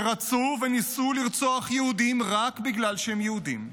שרצו וניסו לרצוח יהודים רק בגלל שהם יהודים.